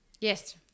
Yes